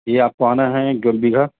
یہ آپ کو آنا ہے گربیہا